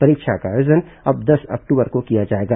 परीक्षा का आयोजन अब दस अक्टूबर को किया जाएगा